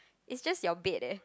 it's just your bed eh